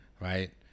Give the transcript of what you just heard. Right